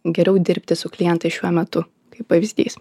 geriau dirbti su klientais šiuo metu kaip pavyzdys